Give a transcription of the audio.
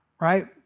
right